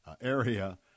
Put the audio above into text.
area